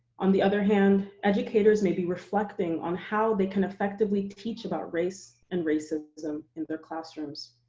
on the other hand, educators may be reflecting on how they can effectively teach about race and racism and their classrooms.